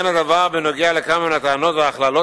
כן הדבר בנוגע לכמה מן הטענות וההכללות